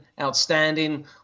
outstanding